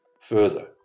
Further